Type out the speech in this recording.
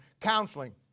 counseling